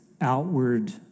outward